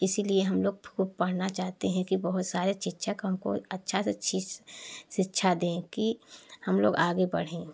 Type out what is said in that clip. इसीलिए हम लोग खूब पढ़ना चाहते हैं कि बहुत सारे शिक्षक हमको अच्छा से शि शिक्षा दें कि हम लोग आगे बढ़ें